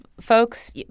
folks